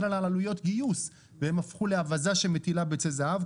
עלויות גיוס והם הפכו לאווזה שמטילה ביצי זהב,